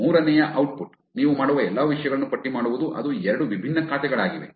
ಮೂರನೆಯ ಔಟ್ಪುಟ್ ನೀವು ಮಾಡುವ ಎಲ್ಲಾ ವಿಷಯಗಳನ್ನು ಪಟ್ಟಿ ಮಾಡುವುದು ಅದು ಎರಡು ವಿಭಿನ್ನ ಖಾತೆಗಳಾಗಿವೆ